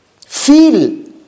Feel